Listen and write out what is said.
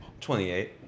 28